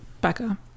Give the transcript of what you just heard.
becca